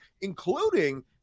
including